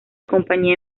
compañía